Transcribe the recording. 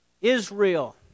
Israel